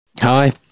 Hi